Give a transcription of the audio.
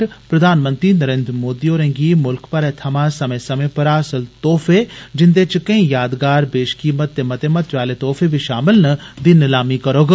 तज प्रधानमंत्री नरेन्द्र मोदी होरें गी मुल्ख भरै थमां समे समे पर हासल तोहफं जिन्दे च केई यादगार वेषकीमत ते मते महत्वै आले तोहफे बी षामल न दी नलामी करोग